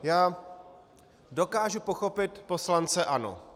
Já dokážu pochopit poslance ANO.